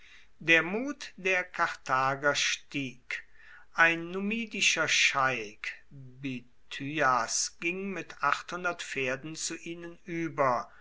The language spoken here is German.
der mut der karthager stieg ein numidischer scheik bithyas ging mit pferden zu ihnen über